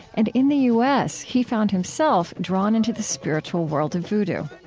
and in the u s, he found himself drawn into the spiritual world of vodou.